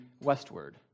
westward